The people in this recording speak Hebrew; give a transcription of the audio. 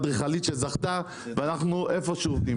עם אדריכלית שזכתה במכרז.